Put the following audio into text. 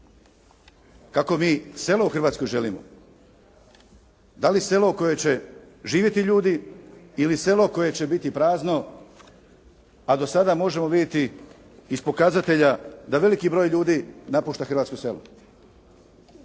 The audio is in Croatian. Kakvo mi selo u Hrvatskoj želimo? Da li selo u kojem će živjeti ljudi ili selo koje će biti prazno, a do sada možemo vidjeti iz pokazatelja da veliki broj ljudi napušta hrvatsko selo.